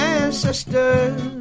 ancestors